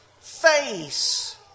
face